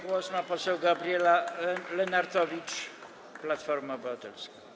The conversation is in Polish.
Głos ma poseł Gabriela Lenartowicz, Platforma Obywatelska.